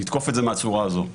נתקוף את זה מהצורה הזו,